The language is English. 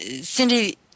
Cindy